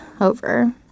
over